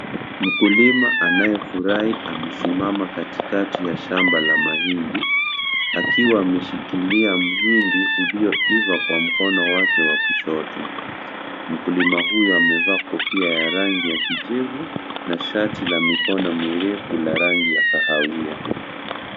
Mkulima anayefurahi amesimama katikati ya shamba la mahindi akiwa ameshikilia mhindi ulioiva kwa mkono wake wa kushoto. Mkulima huyo amevaa kofia ya rangi ya kijivu na shati la mikono mirefu la rangi ya kahawia.